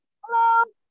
Hello